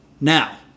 Now